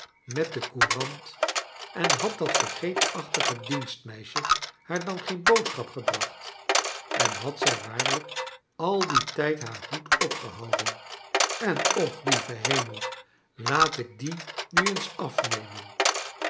met de courant en had dat vergeetachtige dienstmeisje haar dan geen boodschap gebracht en had zij waarlijk al dien tijd haar hoed opgehouden en och lieve hemel laat ik dien nu eens afnemen